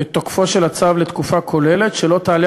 את תוקפו של הצו לתקופה כוללת שלא תעלה